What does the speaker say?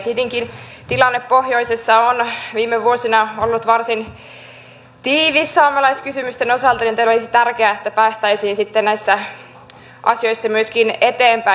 tietenkin tilanne pohjoisessa on viime vuosina ollut varsin tiivis saamelaiskysymysten osalta joten olisi tärkeää että päästäisiin sitten näissä asioissa myöskin eteenpäin